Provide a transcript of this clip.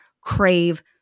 crave